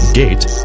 gate